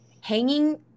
hanging –